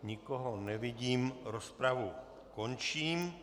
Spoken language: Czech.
Nikoho nevidím, rozpravu končím.